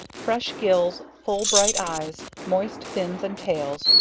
fresh gills, full bright eyes, moist fins and tails,